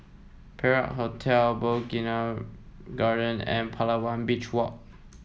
Perak Hotel Bougainvillea Garden and Palawan Beach Walk